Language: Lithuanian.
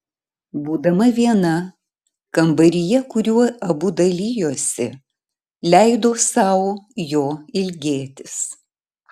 būdama viena kambaryje kuriuo abu dalijosi leido sau jo ilgėtis